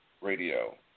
radio